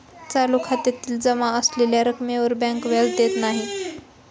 चालू खात्यातील जमा असलेल्या रक्कमेवर बँक व्याज देत नाही